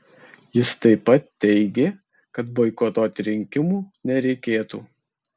jis taip pat teigė kad boikotuoti rinkimų nereikėtų